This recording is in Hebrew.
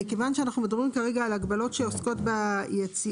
כיוון שאנחנו מדברים כרגע על הגבלות שעוסקות בבדיקות